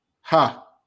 Ha